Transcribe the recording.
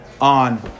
on